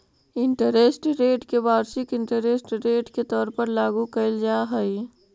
interest rate के वार्षिक interest rate के तौर पर लागू कईल जा हई